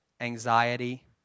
anxiety